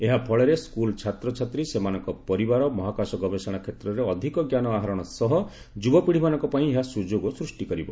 ଏହା ଫଳରେ ସ୍କୁଲ୍ ଛାତ୍ରଛାତ୍ରୀ ସେମାନଙ୍କ ପରିବାର ମହାକାଶ ଗବେଷଣା କ୍ଷେତ୍ରରେ ଅଧିକ ଞ୍ଜାନ ଆହରଣ ସହ ଯୁବପିଢ଼ିମାନଙ୍କ ପାଇଁ ଏହା ସୁଯୋଗ ସୃଷ୍ଟି କରିବ